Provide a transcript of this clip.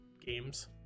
games